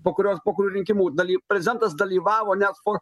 po kurios po kurių rinkimų daly prezidentas dalyvavo net po